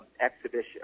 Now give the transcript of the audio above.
exhibition